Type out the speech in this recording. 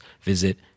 visit